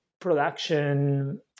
production